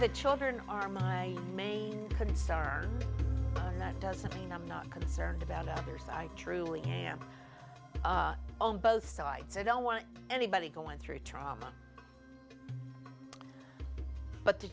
the children are my main concern and that doesn't mean i'm not concerned about others i truly am on both sides i don't want anybody going through trauma but the